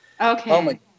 Okay